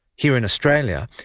here in australia,